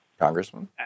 Congressman